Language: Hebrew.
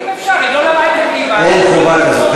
גם אם אפשר, כי לא למדתם ליבה, אין חובה כזאת.